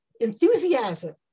enthusiasm